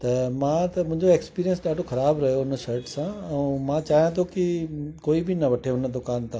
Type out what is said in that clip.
त मां त मुंहिंजो एक्सपीरियंस ॾाढो ख़राब रहियो उन शट सां ऐं मां चा्यांहि थो कि कोई बि न वठे हुन दुकान ता